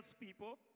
people